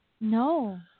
No